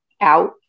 out